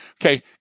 okay